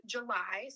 July